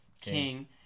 King